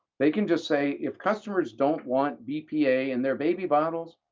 they can just say if customers don't want bpa in their baby bottles,